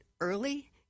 early